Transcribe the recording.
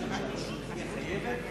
האשקלונית הידועה, ואנחנו בעדה, דרך אגב.